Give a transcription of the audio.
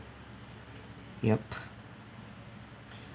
yup